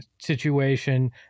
situation